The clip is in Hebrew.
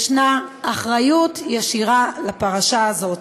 יש אחריות ישירה לפרשה הזאת.